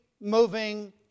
moving